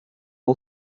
all